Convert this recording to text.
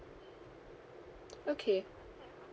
okay